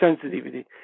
sensitivity